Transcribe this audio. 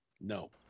No